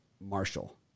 marshall